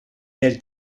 del